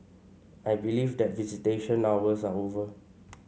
I believe that visitation hours are over